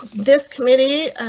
this committee